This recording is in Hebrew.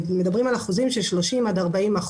הם מדברים על 30% עד 40%,